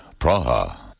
Praha